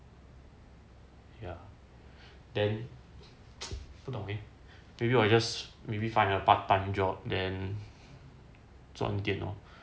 ya then 不懂 eh maybe I'll just maybe find a part time job then 赚一点哦